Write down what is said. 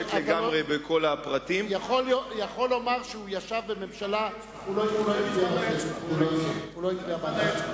ולא טרח לומר שראש הממשלה דהיום, בהיותו בעבר,